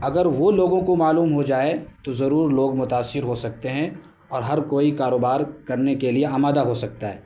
اگر وہ لوگوں کو معلوم ہو جائے تو ضرور لوگ متأثر ہو سکتے ہیں اور ہر کوئی کاروبار کرنے کے لیے آمادہ ہو سکتا ہے